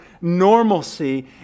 normalcy